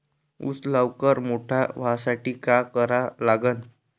ऊस लवकर मोठा व्हासाठी का करा लागन?